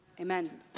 Amen